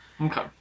Okay